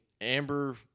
Amber